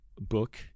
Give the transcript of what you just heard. book